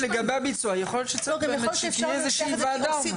לגבי הביצוע יכול להיות שצריך באמת שתהיה איזושהי ועדה.